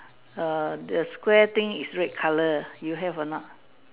err the Square thing is red colour you have or not